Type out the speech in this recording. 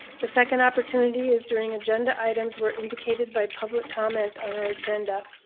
the second opportunity is during agenda items where indicated by public comment on our agenda.